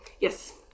Yes